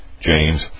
James